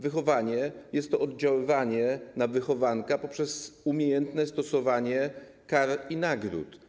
Wychowanie to oddziaływanie na wychowanka poprzez umiejętne stosowanie kar i nagród.